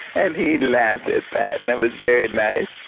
and he laughed at that, and that was very nice.